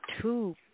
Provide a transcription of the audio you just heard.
two